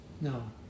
No